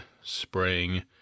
spraying